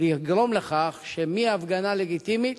לגרום לכך שמהפגנה לגיטימית